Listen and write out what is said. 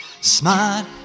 Smart